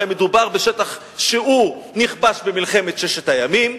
הרי מדובר בשטח שנכבש במלחמת ששת הימים,